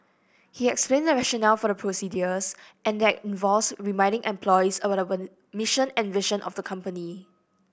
he explains the rationale for the procedures and that involves reminding employees about mission and vision of the company